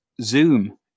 Zoom